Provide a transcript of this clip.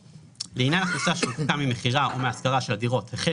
לעניין הכנסה שהופקה ממכירה או מהשכרה של הדירות החל